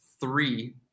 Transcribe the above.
three